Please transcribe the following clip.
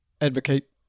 advocate